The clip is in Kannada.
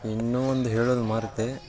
ಇನ್ನೂ ಒಂದು ಹೇಳೋದು ಮರೆತೆ